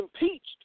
impeached